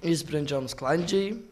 išsprendžiam sklandžiai